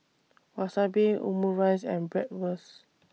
Wasabi Omurice and Bratwurst